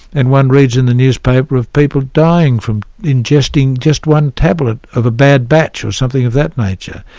and one reads in the newspaper of people dying from ingesting just one tablet of a bad batch or something of that nature.